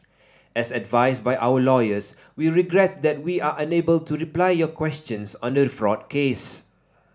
as advised by our lawyers we regret that we are unable to reply your questions on the fraud case